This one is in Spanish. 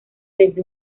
desde